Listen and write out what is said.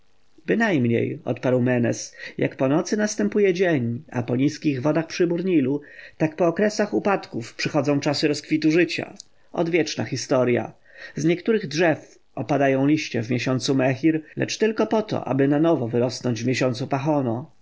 bynajmniej odparł menes jak po nocy następuje dzień a po niskich wodach przybór nilu tak po okresach upadków przychodzą czasy rozkwitu życia odwieczna historja z niektórych drzew opadają liście w miesiącu mehir lecz poto tylko aby na nowo wyrosnąć w miesiącu